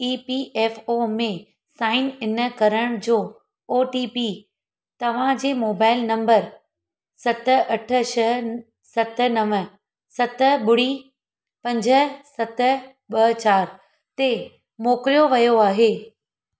ई P F O में sign in करण जो ओ टी पी तव्हांजे मोबाइल नंबर सत अठ छह सत नव सत ॿुड़ी पंज सत ॿ चारि ते मोकिलियो वियो आहे